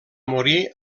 morir